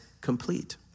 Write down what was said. complete